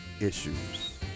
issues